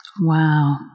Wow